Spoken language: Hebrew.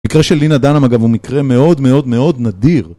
מקרה של Lena Dunham אגב הוא מקרה מאוד מאוד מאוד נדיר